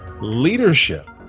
Leadership